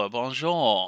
bonjour